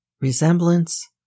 resemblance